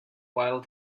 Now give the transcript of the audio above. while